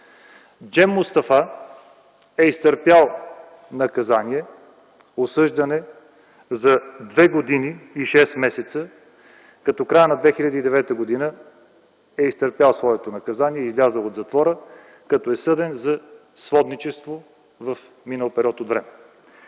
Джем Мустафа. Той е изтърпял наказание – осъждан е за 2 години и 6 месеца, като в края на 2009 г. е изтърпял своето наказание, излязъл е от затвора, като е съден за сводничество в минал период от време.